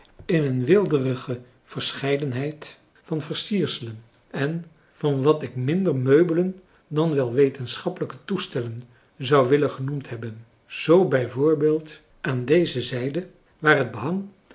in een weelderige verscheidenheid van versierselen en van wat ik minder meubelen dan wel wetenschappelijke toestellen zou willen genoemd hebben zoo bij voorbeeld aan françois haverschmidt familie en kennissen deze zijde waar het behang